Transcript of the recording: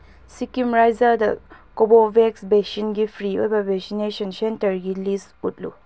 ꯁꯤꯀꯤꯝ ꯔꯥꯖ꯭ꯌꯥꯗ ꯀꯣꯚꯣꯚꯦꯛꯁ ꯚꯦꯛꯁꯤꯟꯒꯤ ꯐ꯭ꯔꯤ ꯑꯣꯏꯕ ꯚꯦꯁꯤꯟꯅꯦꯁꯟ ꯁꯦꯟꯇꯔꯒꯤ ꯂꯤꯁ ꯎꯠꯂꯨ